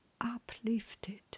uplifted